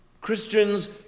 Christians